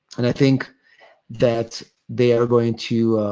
and i think that they are going to,